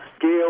Gail